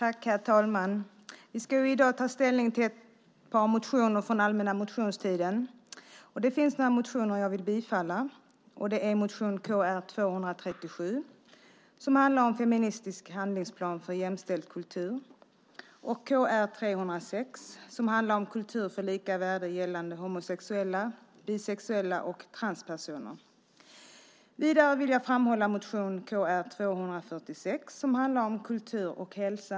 Herr talman! Vi ska i dag ta ställning till ett par motioner från den allmänna motionstiden. Det finns några motioner som jag vill yrka bifall till. Det är motion Kr237 som handlar om feministisk handlingsplan för jämställd kultur och Kr306 som handlar om kultur för lika värde gällande homosexuella, bisexuella och transpersoner. Vidare vill jag framhålla motion Kr246 som handlar om kultur och hälsa.